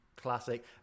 classic